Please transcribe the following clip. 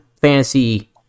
fantasy